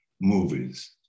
movies